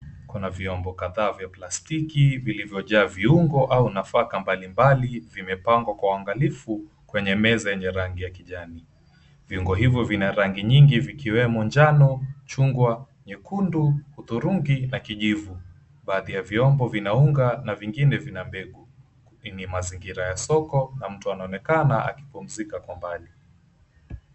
Kuna vyombo kadhaa vya plastiki vilivyojaa viungo au nafaka mbali mbali vimepangwa kwa uangalifu kwenye meza yenye rangi ya kijani. Viungo hivyo vina rangi nyingi vikiwemo njano, chungwa, nyekundu, hudhurungi na kijivu. Baadhi ya vyombo vina unga na vingine mbegu. Hii ni mazingira ya soko na mtu anaonekana akipumzika kwa mbali.